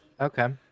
Okay